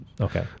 Okay